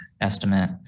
estimate